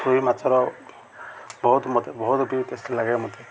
ରୋହି ମାଛର ବହୁତ ମତେ ବହୁତ ବି ଟେଷ୍ଟ୍ ଲାଗେ ମତେ